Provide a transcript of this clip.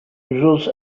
ĵus